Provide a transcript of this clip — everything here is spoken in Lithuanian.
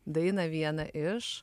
dainą vieną iš